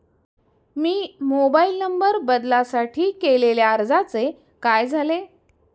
मी mobile number बदलासाठी केलेल्या अर्जाचे काय झाले?